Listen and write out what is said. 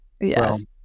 yes